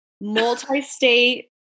multi-state